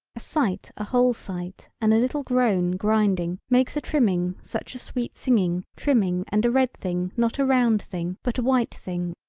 a sight a whole sight and a little groan grinding makes a trimming such a sweet singing trimming and a red thing not a round thing but a white thing,